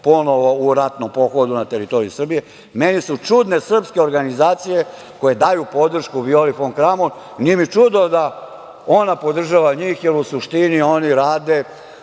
ponovo u ratnu pohodu na teritoriji Srbije, meni su čudne srpske organizacije koje daju podršku Violi fon Kramon. Nije ni čudo da ona podržava njih, jer u suštini oni rade